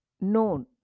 known